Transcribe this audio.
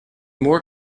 more